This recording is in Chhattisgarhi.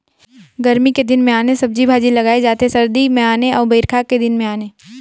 गरमी के दिन मे आने सब्जी भाजी लगाए जाथे सरदी मे आने अउ बइरखा के दिन में आने